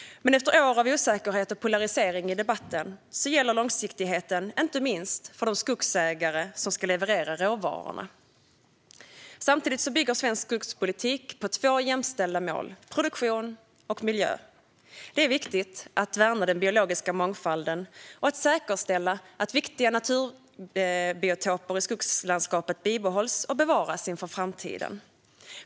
Men efter år av osäkerhet och polarisering i debatten gäller långsiktigheten också och inte minst de skogsägare som ska leverera råvarorna. Samtidigt bygger svensk skogspolitik på två jämställda mål: produktion och miljö. Det är viktigt att värna den biologiska mångfalden och säkerställa att viktiga naturbiotoper i skogslandskapet bibehålls och bevaras inför framtiden.